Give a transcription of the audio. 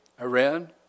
Iran